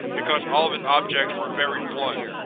because all of his objects were very blunt.